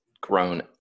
grown